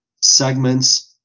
segments